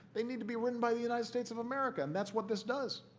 they need to be written by the united states of america, and that's what this does.